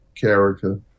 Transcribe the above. character